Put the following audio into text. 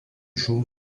žuvo